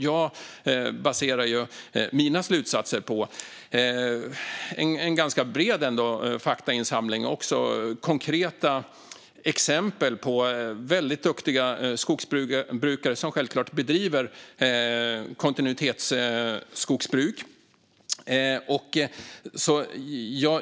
Jag baserar mina slutsatser på en bred faktainsamling och konkreta exempel på duktiga skogsbrukare, som självklart bedriver kontinuitetsskogsbruk.